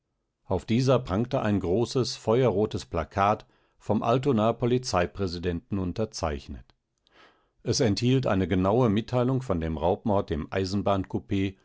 auf dieser prangte ein großes feuerrotes plakat vom altonaer polizeipräsidenten unterzeichnet es enthielt eine genaue mitteilung von dem raubmord im